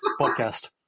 podcast